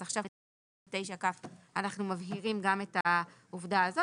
אז עכשיו כשאנחנו מפנים ל-9כ אנחנו מבהירים גם את העובדה הזאת